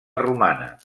romana